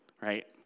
right